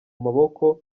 maboko